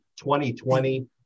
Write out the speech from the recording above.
2020